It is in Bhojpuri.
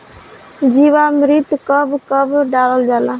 जीवामृत कब कब डालल जाला?